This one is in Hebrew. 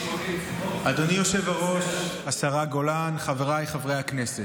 אדוני היושב-ראש, השרה גולן, חבריי חברי הכנסת,